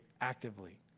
actively